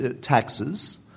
taxes